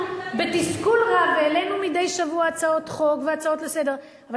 אנחנו בתסכול רב העלינו מדי שבוע הצעות חוק והצעות לסדר-היום.